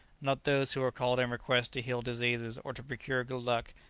not those who are called in request to heal diseases or to procure good luck,